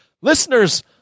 Listeners